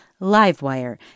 LiveWire